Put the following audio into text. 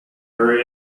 hurry